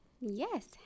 yes